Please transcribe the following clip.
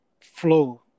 flow